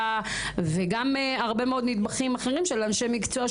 וגם הרבה מאוד נדבכים אחרים של אנשי מקצוע,